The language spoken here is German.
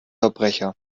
verbrecher